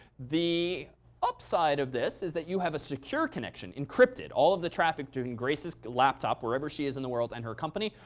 the upside of this is that you have a secure connection encrypted. all of the traffic to in grace's laptop, wherever she is in the world and her company,